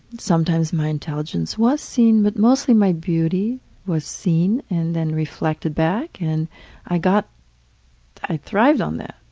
sometimes my intelligence was seen, but mostly my beauty was seen and then reflected back and i got i thrived on that.